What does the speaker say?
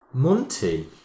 Monty